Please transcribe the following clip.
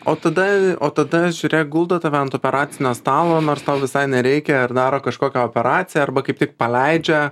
o tada o tada žiūrėk guldo tave ant operacinio stalo nors tau visai nereikia ar daro kažkokią operaciją arba kaip tik paleidžia